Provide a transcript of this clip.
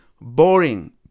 boring